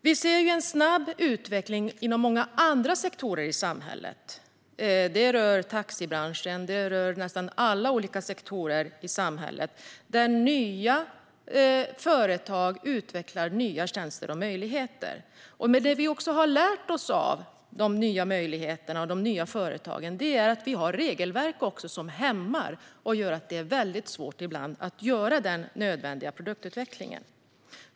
Vi ser en snabb utveckling inom nästan alla olika sektorer i samhället, bland annat taxibranschen. Nya företag utvecklar nya tjänster och möjligheter. Det vi har lärt oss av de nya möjligheterna och företagen är att vi har regelverk som hämmar och gör att det ibland är svårt att göra den nödvändiga produktutvecklingen.